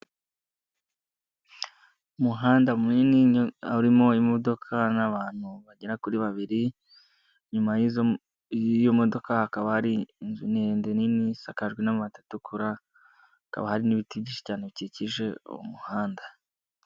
Umuhanda munini urimo imodoka n'abantu bagera kuri babiri, nyuma y'iyo modoka, hakaba hari inzu ndendenini isakajwe n'amabati atukura, hakaba hari n'ibiti byinshi cyane bikikije umuhanda.